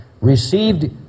received